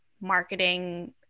marketing